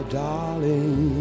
darling